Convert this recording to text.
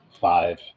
Five